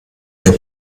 der